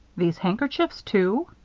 these handkerchiefs, too!